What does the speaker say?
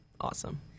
awesome